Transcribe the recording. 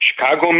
Chicago